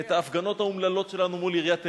את ההפגנות האומללות שלנו מול עיריית תל-אביב,